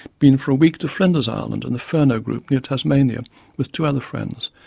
been for a week to flinders island in the furneaux group near tasmania with two other friends,